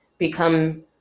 become